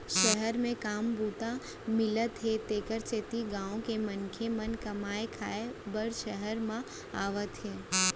सहर म काम बूता मिलत हे तेकर सेती गॉँव के मनसे मन कमाए खाए बर सहर म आवत हें